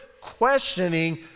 questioning